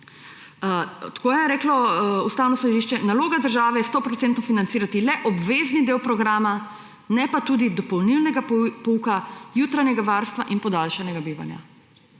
tako je reklo Ustavno sodišče: »Naloga države je 100-odstotno financirati le obvezni del programa, ne pa tudi dopolnilnega pouka, jutranjega varstva in podaljšanega bivanja.«